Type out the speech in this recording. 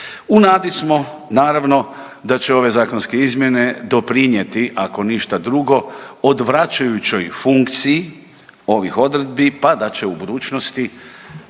U nadi smo naravno da će ove zakonske izmjene doprinijeti ako ništa drugo odvraćajućoj funkciji ovih odredbi, pa da će u budućnosti